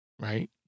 Right